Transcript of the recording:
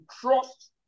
trust